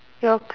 your